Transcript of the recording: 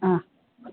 हा